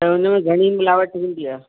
ऐं उनमें घणी मिलावट हूंदी आहे